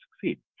succeed